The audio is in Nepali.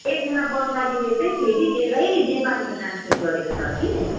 एकजना बङ्गालीले चाहिँ फेरि यसलाई नेपाली ट्रान्सलेट गरेको छ कि